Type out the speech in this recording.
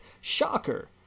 Shocker